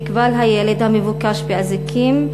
נכבל הילד המבוקש באזיקים,